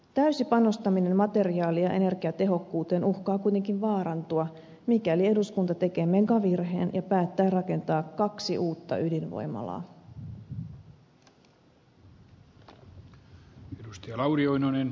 täysi panostaminen materiaali ja energiatehokkuuteen uhkaa kuitenkin vaarantua mikäli eduskunta tekee megavirheen ja päättää rakentaa kaksi uutta ydinvoimalaa